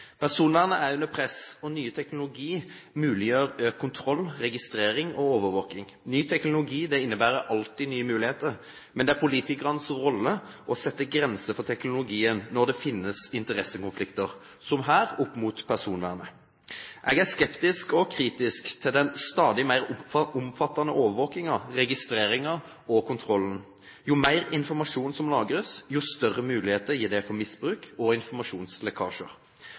Personvernet er under press, og ny teknologi muliggjør økt kontroll, registrering og overvåking. Ny teknologi innebærer alltid nye muligheter. Men det er politikernes rolle å sette grensene for teknologien når det finnes interessekonflikter, som her, opp mot personvernet. Jeg er skeptisk og kritisk til den stadig mer omfattende overvåkingen, registreringen og kontrollen. Jo mer informasjon som lagres, jo større muligheter gir det for misbruk og informasjonslekkasjer.